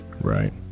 right